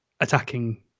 attacking